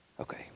Okay